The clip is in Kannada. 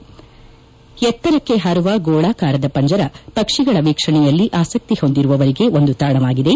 ಎತ್ತರಕ್ಕೆ ಪಾರುವ ಗೋಳಾಕಾರದ ಪಂಜರ ಪಕ್ಷಿಗಳ ವೀಕ್ಷಣೆಯಲ್ಲಿ ಆಸಕ್ತಿ ಹೊಂದಿರುವವರಿಗೆ ಒಂದು ತಾಣವಾಗಿದೆ